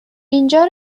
اینجا